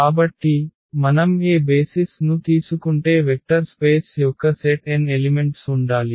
కాబట్టి మనం ఏ బేసిస్ ను తీసుకుంటే వెక్టర్ స్పేస్ యొక్క సెట్ n ఎలిమెంట్స్ ఉండాలి